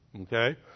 okay